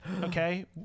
Okay